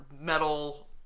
metal